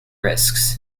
risks